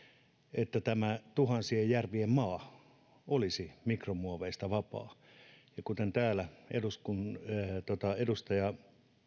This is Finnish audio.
että tämä tuhansien järvien maa olisi mikromuoveista vapaa kuten täällä edustaja